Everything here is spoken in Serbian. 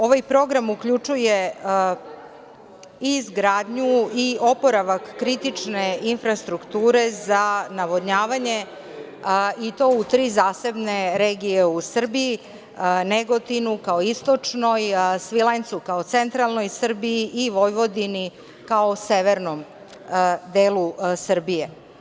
Ovaj program uključuje izgradnju i oporavak kritične infrastrukture za navodnjavanje, i to u tri zasebne regije u Srbiji - Negotinu kao istočnoj, Svilajncu kao centralnoj Srbiji i Vojvodini kao severnom delu Srbije.